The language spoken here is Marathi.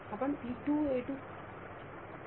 विद्यार्थी आपण T 2 a 2 घेत आहोत